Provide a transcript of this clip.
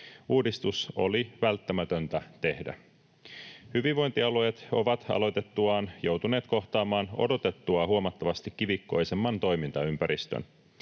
Uudistus oli välttämätöntä tehdä. Hyvinvointialueet ovat aloitettuaan joutuneet kohtaamaan odotettua huomattavasti kivikkoisemman toimintaympäristön.